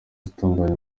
itunganya